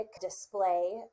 display